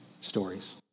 stories